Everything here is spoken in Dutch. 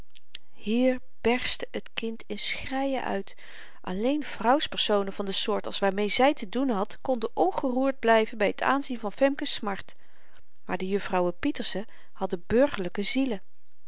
hier berstte t kind in schreien uit alleen vrouwspersonen van de soort als waarmeê zy te doen had konden ongeroerd blyven by t aanzien van femke's smart maar de jufvrouwen pieterse hadden burgerlyke zielen